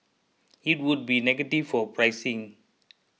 it would be negative for pricing